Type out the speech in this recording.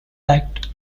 act